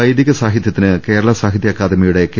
വൈദിക സാഹിത്യത്തിന് കേരള സാഹിത്യ അക്കാദമിയുടെ കെ